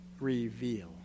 Reveal